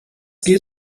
geht